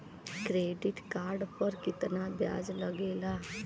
Credit card पर कितना ब्याज लगेला?